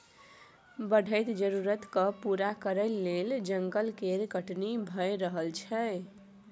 बढ़ैत जरुरत केँ पूरा करइ लेल जंगल केर कटनी भए रहल छै